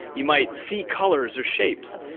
you might see colours or shapes.